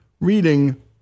reading